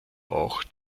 auch